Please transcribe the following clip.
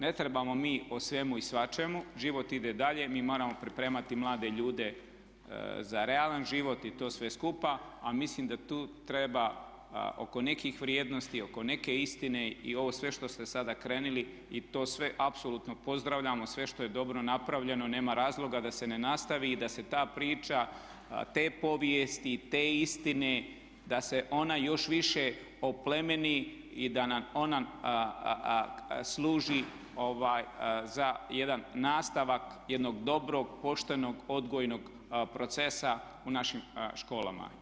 Ne trebamo mi o svemu i svačemu, život ide dalje, mi moramo pripremati mlade ljude za realan život i to sve skupa, a mislim da tu treba oko nekih vrijednosti, oko neke istine i ovo sve što ste sada krenuli i to sve apsolutno pozdravljamo, sve što je dobro napravljeno nema razloga da se ne nastavi i da se ta priča te povijesti, te istine da se ona još više oplemeni i da nam ona služi za jedan nastavak jednog dobrog, poštenog odgojnog procesa u našim školama.